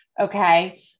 okay